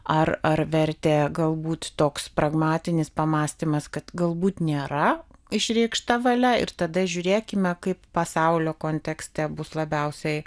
ar ar vertė galbūt toks pragmatinis pamąstymas kad galbūt nėra išreikšta valia ir tada žiūrėkime kaip pasaulio kontekste bus labiausiai